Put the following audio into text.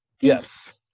Yes